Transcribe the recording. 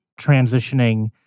transitioning